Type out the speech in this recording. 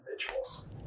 individuals